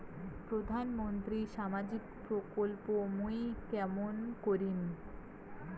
প্রধান মন্ত্রীর সামাজিক প্রকল্প মুই কেমন করিম?